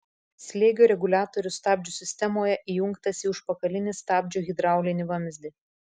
slėgio reguliatorius stabdžių sistemoje įjungtas į užpakalinį stabdžio hidraulinį vamzdį